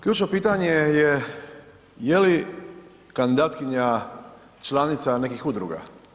Ključno pitanje je je li kandidatkinja članica nekih udruga.